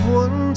one